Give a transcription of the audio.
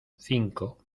cinco